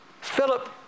Philip